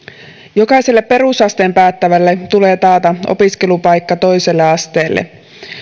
jokaiselle perusasteen päättävälle tulee taata opiskelupaikka toiselle asteelle